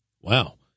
Wow